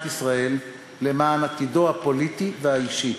ישראל למען עתידו הפוליטי והאישי.